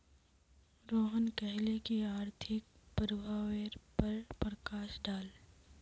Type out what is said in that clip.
रोहन कहले की आर्थिक प्रभावेर पर प्रकाश डाल